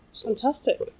Fantastic